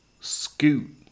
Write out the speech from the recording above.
scoot